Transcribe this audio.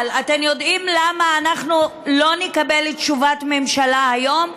אבל אתם יודעים למה אנחנו לא נקבל תשובת ממשלה היום?